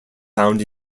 found